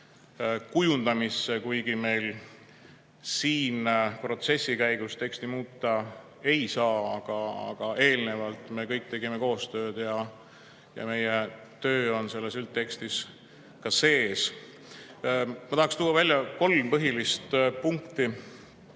kujundamisse. Kuigi me siin protsessi käigus teksti muuta ei saa, aga eelnevalt me tegime kõik koostööd ja meie töö on selles üldtekstis sees. Ma tahan tuua välja kolm põhilist punkti.